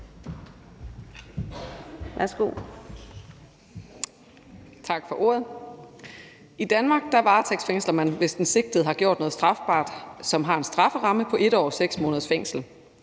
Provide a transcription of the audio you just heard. I Danmark varetægtsfængsler man, hvis den sigtede har gjort noget strafbart, som har en strafferamme på 1 år og 6 måneders fængsel.